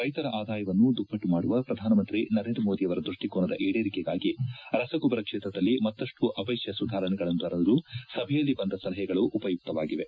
ರೈತರ ಆದಾಯವನ್ನು ದುಪ್ಪಟ್ಟು ಮಾಡುವ ಪ್ರಧಾನಮಂತ್ರಿ ನರೇಂದ್ರ ಮೋದಿಯವರ ದೃಷ್ಟಿಕೋನದ ಈಡೇರಿಕೆಗಾಗಿ ರಸಗೊಬ್ಬರ ಕ್ಷೇತ್ರದಲ್ಲಿ ಮತ್ತಪ್ಟು ಅವಶ್ಯ ಸುಧಾರಣೆಗಳನ್ನು ತರಲು ಸಭೆಯಲ್ಲಿ ಬಂದ ಸಲಹೆಗಳು ಉಪಯುಕ್ತವಾಗಿವೆ